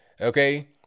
Okay